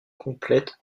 complètent